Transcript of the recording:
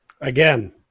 Again